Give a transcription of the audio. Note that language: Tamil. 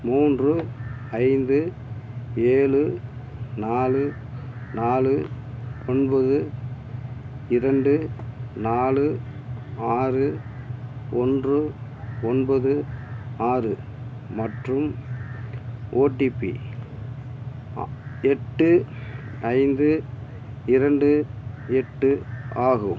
மூன்று ஐந்து ஏழு நாலு நாலு ஒன்பது இரண்டு நாலு ஆறு ஒன்று ஒன்பது ஆறு மற்றும் ஓடிபி ஆ எட்டு ஐந்து இரண்டு எட்டு ஆகும்